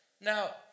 Now